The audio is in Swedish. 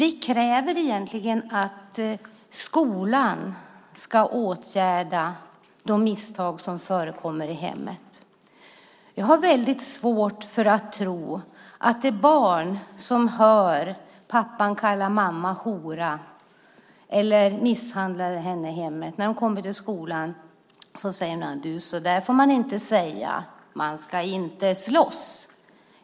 Vi kräver egentligen att skolan ska åtgärda de misstag som förekommer i hemmet. Jag har väldigt svårt att tro att den kan det för det barn som hör pappan kalla mamma hora eller ser honom misshandla henne i hemmet. Barnet kommer till skolan och får höra: Så där får man inte säga. Man ska inte slåss.